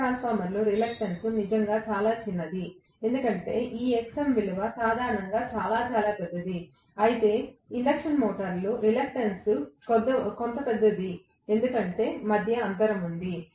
ఒక ట్రాన్స్ఫార్మర్లో రిలక్టెన్స్ నిజంగా చాలా చిన్నది ఎందుకంటే ఈ Xm విలువ సాధారణంగా చాలా చాలా పెద్దది అయితే ఇండక్షన్ మోటారు విషయంలో రిలక్టెన్స్ కొంత పెద్దది ఎందుకంటే మధ్య అంతరం ఉంది